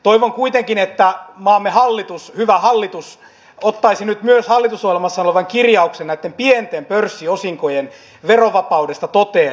toivon kuitenkin että maamme hallitus hyvä hallitus ottaisi nyt myös hallitusohjelmassa olevan kirjauksen näitten pienten pörssiosinkojen verovapaudesta toteen